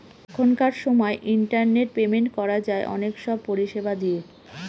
এখনকার সময় internet payment করা যায় অনেক সব পরিষেবা দিয়ে